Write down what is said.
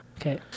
okay